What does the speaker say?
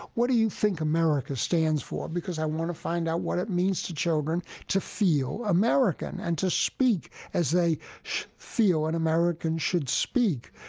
what do you think america stands for? because i want to find out what it means to children to feel american and to speak as they feel an american should speak.